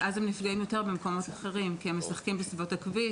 ואז הם נפגעים יותר במקומות אחרים: הם משחקים בסביבות הכביש,